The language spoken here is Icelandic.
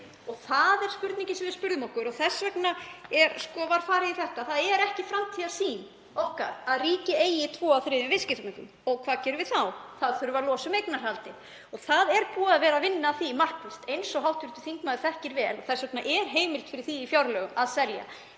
Það er spurningin sem við spurðum okkur og þess vegna var farið í þetta. Það er ekki framtíðarsýn okkar að ríki eigi tvo viðskiptabanka af þremur. Hvað gerum við þá? Við þurfum að losa um eignarhaldið. Það er búið að vinna að því markvisst, eins og hv. þingmaður þekkir vel. Þess vegna er heimild fyrir því í fjárlögum að selja.